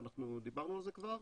שאנחנו דיברנו על זה כבר,